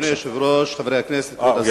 אדוני היושב-ראש, חברי הכנסת, כבוד